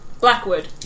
Blackwood